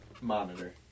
monitor